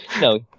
no